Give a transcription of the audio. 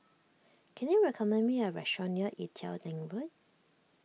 can you recommend me a restaurant near Ee Teow Leng Road